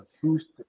Houston